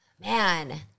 Man